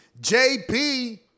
JP